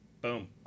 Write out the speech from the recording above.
Boom